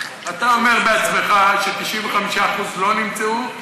אתה אומר בעצמך ש-95% לא נמצאו,